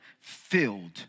filled